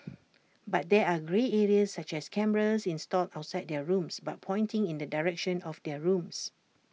but there are grey areas such as cameras installed outside their rooms but pointing in the direction of their rooms